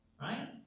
right